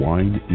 Wine